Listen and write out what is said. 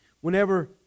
Whenever